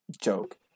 joke